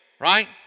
Right